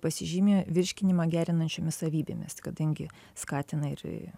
pasižymi virškinimą gerinančiomis savybėmis kadangi skatina ir